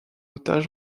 otages